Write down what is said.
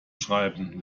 schreiben